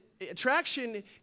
attraction